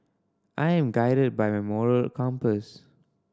I'm guided by my moral compass